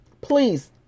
Please